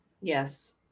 Yes